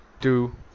two